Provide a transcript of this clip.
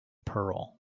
pearl